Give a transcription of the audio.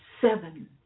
seven